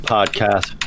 Podcast